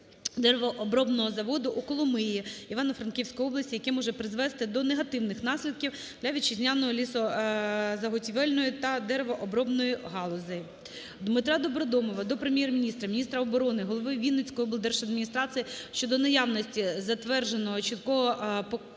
Дмитра Добродомова до Прем'єр-міністра, міністра оборони, голови Вінницької облдержадміністрації щодо наявності затвердженого чіткого покрокового